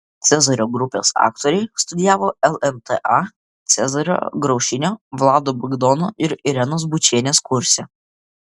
cezario grupės aktoriai studijavo lmta cezario graužinio vlado bagdono ir irenos bučienės kurse